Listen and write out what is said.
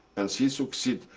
and he succeeded,